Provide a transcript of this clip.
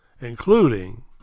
including